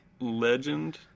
Legend